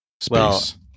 space